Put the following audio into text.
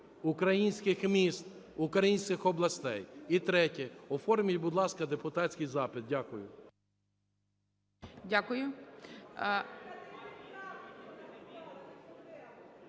українських міст, українських областей. І третє. Оформіть, будь ласка, депутатський запит. Дякую.